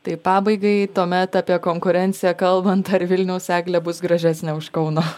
tai pabaigai tuomet apie konkurenciją kalbant ar vilniaus eglė bus gražesnė už kauno